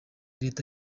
leta